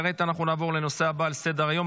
כעת אנחנו נעבור לנושא הבא על סדר-היום.